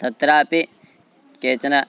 तत्रापि केचन